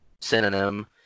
synonym